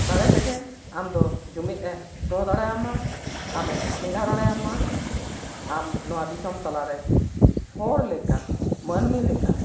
ᱫᱟᱲᱮ ᱛᱮᱜᱮ ᱟᱢᱫᱚ ᱡᱩᱢᱤᱫᱮ ᱫᱚᱦᱚ ᱫᱟᱲᱮᱭᱟᱢᱟ ᱟᱢᱮ ᱪᱮᱸᱜᱷᱟ ᱫᱟᱲᱮᱭᱟᱢᱟ ᱟᱢ ᱱᱚᱣᱟ ᱫᱤᱥᱚᱢ ᱛᱟᱞᱟᱨᱮ ᱦᱚᱲ ᱞᱮᱠᱟ ᱢᱟᱹᱱᱢᱤ ᱞᱮᱠᱟ